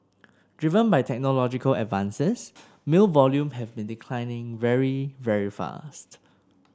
driven by technological advances mail volume have been declining very very fast